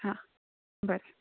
हां बरें